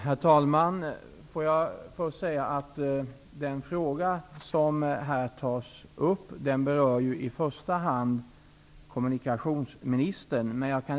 Herr talman! Jag vill först säga att den fråga som här tas upp i första hand berör kommunikationsministern.